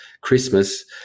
Christmas